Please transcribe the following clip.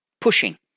pushing